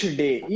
day